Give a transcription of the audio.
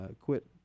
quit